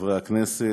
חברי הכנסת,